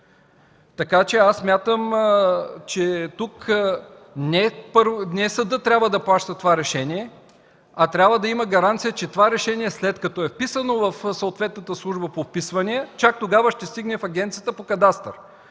Аз смятам, че тук не съдът трябва да праща това решение, а трябва да има гаранция, че това решение, след като е вписано в съответната Служба по вписванията, чак тогава ще стигне в Агенцията по кадастъра.